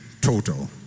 total